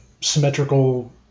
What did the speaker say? symmetrical